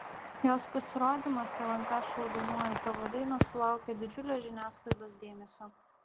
jos pasirodymas lnk šou dainuoju tavo dainą sulaukė didžiulio žiniasklaidos dėmesio